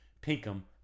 Pinkham